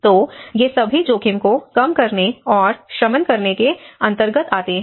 तो ये सभी जोखिमको कम करने और शमन करने के अंतर्गत आते हैं